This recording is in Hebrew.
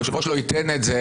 היושב-ראש לא ייתן את זה,